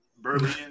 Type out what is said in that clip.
Berlin